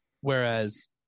whereas